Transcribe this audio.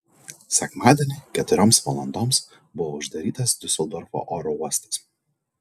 sekmadienį keturioms valandoms buvo uždarytas diuseldorfo oro uostas